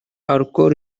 alcool